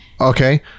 Okay